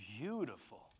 beautiful